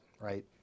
right